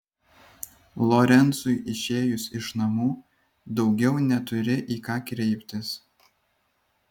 lorencui išėjus iš namų daugiau neturi į ką kreiptis